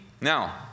Now